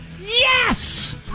Yes